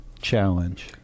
challenge